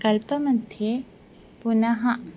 कल्पमध्ये पुनः